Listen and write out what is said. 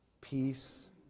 peace